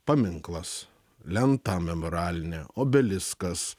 paminklas lenta memorialinė obeliskas